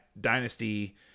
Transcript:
dynasty